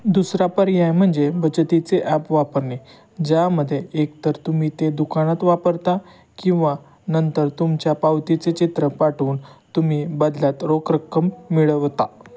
दुसरा पर्याय म्हणजे बचतीचे ॲप वापरणे ज्यामध्ये एकतर तुम्ही ते दुकानात वापरता किंवा नंतर तुमच्या पावतीचे चित्र पाठवून तुम्ही बदल्यात रोख रक्कम मिळवता